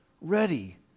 ready